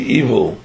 evil